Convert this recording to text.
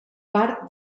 part